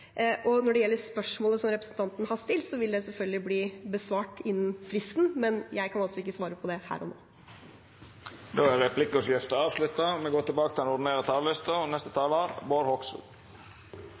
Når det gjelder spørsmålet som representanten har stilt, vil det selvfølgelig bli besvart innen fristen, men jeg kan ikke svare på det her og nå. Replikkordskiftet er avslutta. Trontalen som ble lest opp på fredag, inneholdt to ord om samferdsel, og